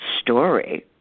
story